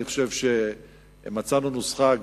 אני חושב שמצאנו נוסחה,